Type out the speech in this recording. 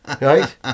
right